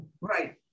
Right